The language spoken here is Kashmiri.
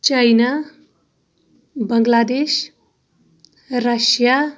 China Bangladesh Russia